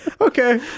okay